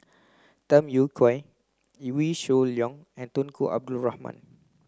Tham Yui Kai Wee Shoo Leong and Tunku Abdul Rahman